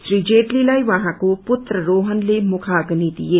री जेटलीलाई उहाँको पुत्र रोहणले मुखाग्नि दिए